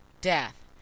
death